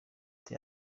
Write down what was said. ati